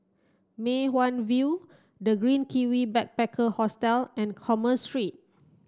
Mei Hwan View The Green Kiwi Backpacker Hostel and Commerce Street